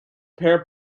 pair